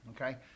Okay